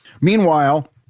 Meanwhile